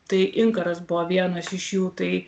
tai inkaras buvo vienas iš jų tai